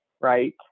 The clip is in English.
right